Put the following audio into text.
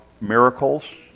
miracles